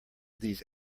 these